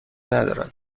ندارد